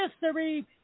history